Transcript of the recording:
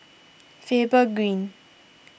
Faber Green